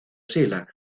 sila